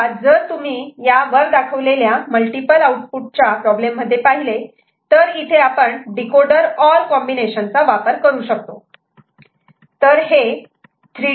तेव्हा जर तुम्ही या वर दाखवलेल्या मल्टिपल आऊटपुटच्या प्रॉब्लेम मध्ये पाहिले तर इथे आपण डीकोडर OR कॉम्बिनेशन चा वापर करू शकतो